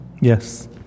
yes